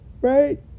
right